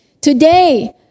Today